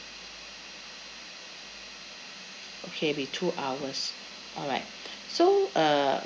okay it'll be two hours alright so uh